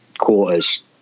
quarters